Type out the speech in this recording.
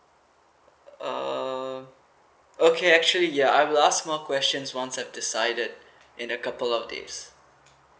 uh okay actually ya I will ask more questions once I've decided in a couple of days